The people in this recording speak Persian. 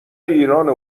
ایرانه